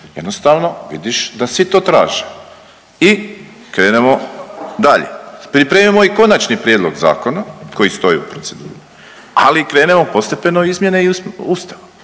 jednostavno vidiš da svi to traže i krenemo dalje. Pripremimo i konačni prijedlog zakona koji stoji u proceduri, ali krenemo postepeno izmjene i Ustava